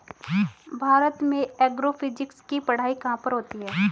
भारत में एग्रोफिजिक्स की पढ़ाई कहाँ पर होती है?